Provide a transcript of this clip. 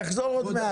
תחזור עוד מעט.